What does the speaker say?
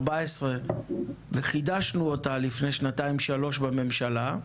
וחידשנו אותה לפני שנתיים-שלוש בממשלה.